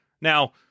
Now